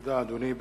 תודה, אדוני.